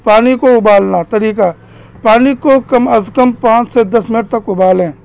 پانی کو ابالنا طریقہ پانی کو کم از کم پانچ سے دس منٹ تک ابالیں